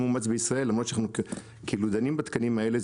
מאומץ בישראל למרות שאנחנו דנים בתקנים האלה,